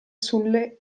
sulle